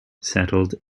settled